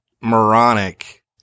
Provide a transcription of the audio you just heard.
moronic